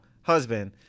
husband